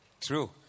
True